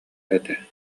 этэ